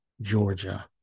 Georgia